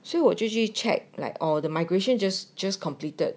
所以我就去 check like all the migration just just completed